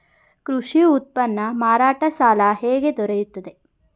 ಕೃಷಿ ಉತ್ಪನ್ನ ಮಾರಾಟ ಸಾಲ ಹೇಗೆ ದೊರೆಯುತ್ತದೆ?